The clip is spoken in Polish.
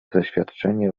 zaświadczenie